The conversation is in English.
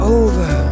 over